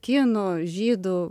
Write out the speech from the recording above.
kinų žydų